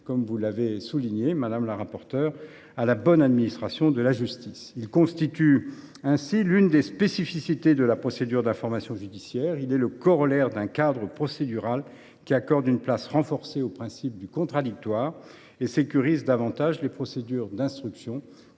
comme vous l’avez souligné, madame la rapporteure. Il constitue l’une des spécificités de la procédure d’information judiciaire : il est le corollaire d’un cadre procédural qui accorde une place renforcée au principe du contradictoire, et sécurise davantage les procédures d’instruction